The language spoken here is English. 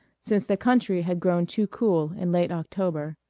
since the country had grown too cool in late october.